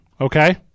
Okay